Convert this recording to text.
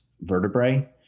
vertebrae